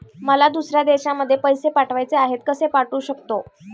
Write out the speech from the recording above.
मला दुसऱ्या देशामध्ये पैसे पाठवायचे आहेत कसे पाठवू शकते?